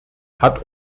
hat